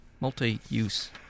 multi-use